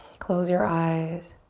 close your eyes.